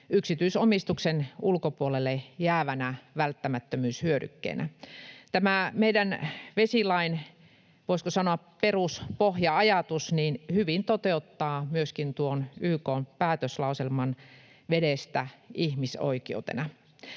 yksityisomistuksen ulkopuolelle jäävänä välttämättömyyshyödykkeenä. Tämä meidän vesilain, voisiko sanoa, perus-, pohja-ajatus hyvin toteuttaa myöskin tuon YK:n päätöslauselman vedestä ihmisoikeutena.